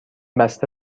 بسته